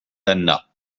d’anna